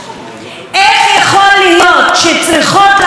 איך יכול להיות שצריך לעמוד פה,